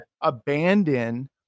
abandon